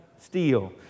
Steel